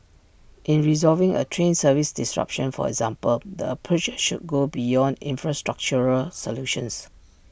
in resolving A train service disruption for example the approach should go beyond infrastructural solutions